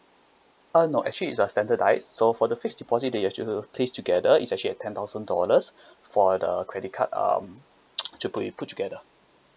uh no actually it's uh standardised so for the fixed deposit that you have to place together it's actually uh ten thousand dollars for the credit card um to be put together